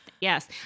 Yes